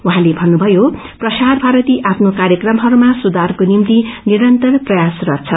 उहाँले भन्नुभयो प्रसार भारती आफ्नो कार्यक्रमहरूमा सुधारको निम्ति निरन्तर प्रयासरत छ